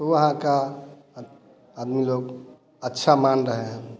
तो वहाँ का आदमी लोग अच्छा मान रहे हैं